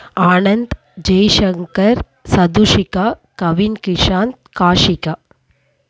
Anand Jaishankar Chathushika Kavinkishanth Kashika